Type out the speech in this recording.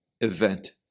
event